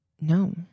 no